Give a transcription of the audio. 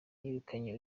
yirukanye